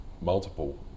multiple